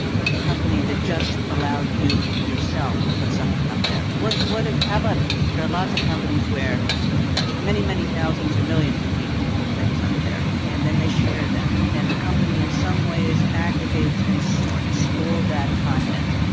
and a company that just allows you yourself to put something up there? what what if how about but there are lots of companies where many, many thousands or millions of people put things up there, and then they share them, and the company in some ways aggregates and sorts all that content.